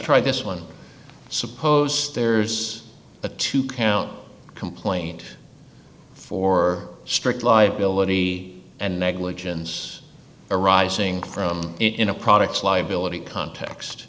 try this one suppose there's a two count complaint for strict liability and negligence arising from in a products liability context